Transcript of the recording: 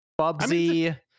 bubsy